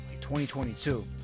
2022